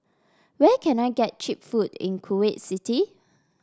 where can I get cheap food in Kuwait City